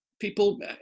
people